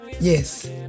yes